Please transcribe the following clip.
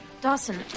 Dawson